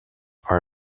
are